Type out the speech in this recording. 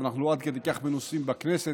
אבל אנחנו לא עד כדי כך מנוסים בכנסת,